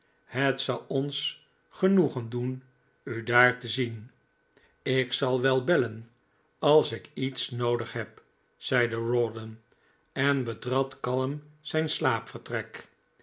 het zal ons genoegen doen u daar te zien ik zal wel bellen als ik iets noodig heb zeide rawdon en betrad kalm zijn